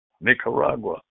Nicaragua